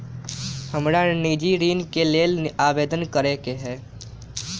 हमरा निजी ऋण के लेल आवेदन करै के हए